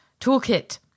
toolkit